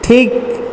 ঠিক